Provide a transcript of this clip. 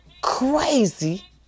crazy